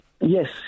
Yes